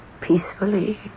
peacefully